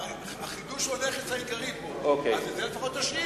החידוש הוא הנכס העיקרי פה, אז את זה לפחות תשאיר.